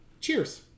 Cheers